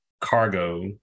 cargo